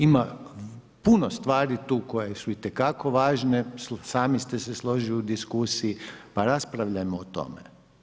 Ima puno stvari tu koje su itekako važne, sami ste se složili u diskusiji pa raspravljajmo o tome.